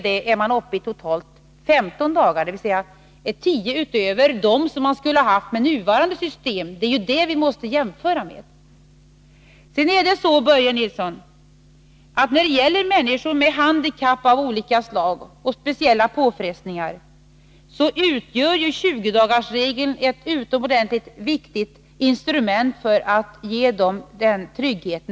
Det blir då 15 dagar, dvs. 10 utöver dem som man skulle ha med det nuvarande systemet. Det är det vi måste jämföra med. Sedan är det så, Börje Nilsson, att när det gäller människor med handikapp av olika slag och speciella påfrestningar, så utgör ju 20-dagarsregeln ett utomordentligt viktigt instrument för att ge dem trygghet.